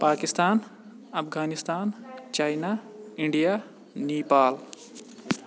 Pakistan Afghanistan China India Nepal